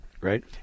Right